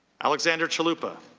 alexander chalupa.